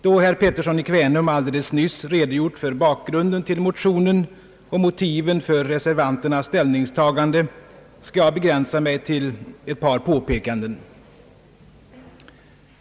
Då herr Pettersson i Kvänum alldeles nyss redogjort för bakgrunden till motionen och motiven för reservanternas ställningstagande skall jag begränsa mig till ett par påpekanden.